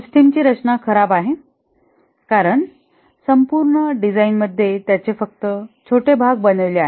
system ची रचना खराब आहे कारण संपूर्ण डिझाइनमध्ये त्याचे फक्त छोटे भाग बनविलेले आहेत